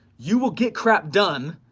you will get crap done.